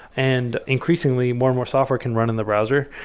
and increasingly, more and more software can run in the browser.